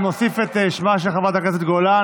ואני מוסיף את שמה של חברת הכנסת גולן,